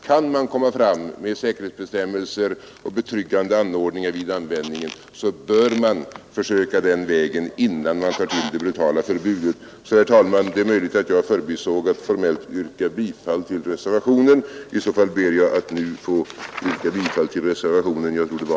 Kan man komma fram med säkerhetsbestämmelser och betryggande anordningar vid användningen bör man försöka den vägen innan man tar till det totala förbudet. Herr talman! Jag förbisåg att formellt yrka bifall till reservationen. Jag ber därför att nu få yrka bifall till reservationen 2.